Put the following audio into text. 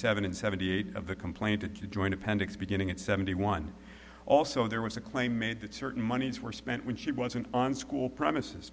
seven and seventy eight of the complaint to the joint appendix beginning at seventy one also there was a claim made that certain monies were spent when she wasn't on school premises